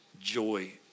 joy